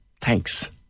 Thanks